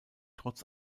trotz